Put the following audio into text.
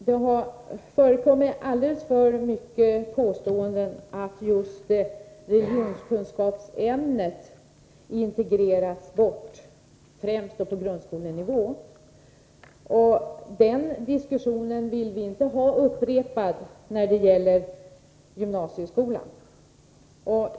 Herr talman! Det har förekommit alldeles för mycket av påståenden om att just religionskunskapsämnet integrerats bort, främst på grundskolenivå. Vi vill inte att den diskussionen skall upprepas vad gäller gymnasieskolan.